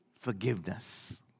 forgiveness